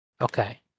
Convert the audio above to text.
Okay